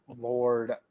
Lord